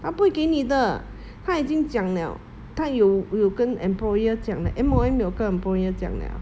他不会给你的他已经讲了他有有跟 employer 讲了 M_O_M 有跟 employer 讲了